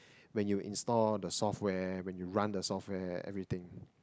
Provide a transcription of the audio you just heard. when you install the software when you run the software everything